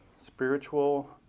spiritual